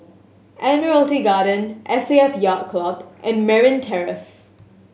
Admiralty Garden S A F Yacht Club and Merryn Terrace